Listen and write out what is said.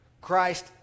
Christ